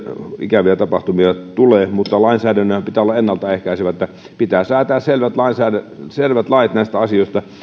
ikäviä tapahtumia tulee mutta lainsäädännönhän pitää olla ennalta ehkäisevää niin että pitää säätää selvät lait näistä asioista ja